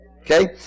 Okay